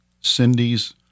Cindy's